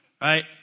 right